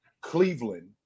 cleveland